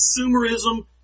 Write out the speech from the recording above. consumerism